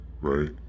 Right